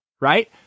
right